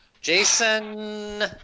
Jason